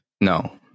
No